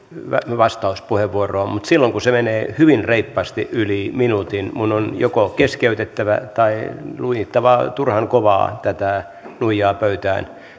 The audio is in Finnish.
vastauspuheenvuoroa mutta silloin kun se menee hyvin reippaasti yli minuutin minun on joko keskeytettävä tai nuijittava turhan kovaa tätä nuijaa pöytään